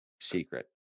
secret